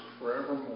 forevermore